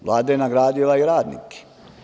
Vlada je nagradila i radnike.